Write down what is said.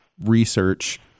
research